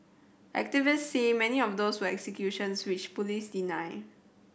activist say many of those were executions which police deny